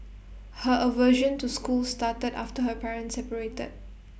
her aversion to school started after her parents separated